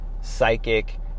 psychic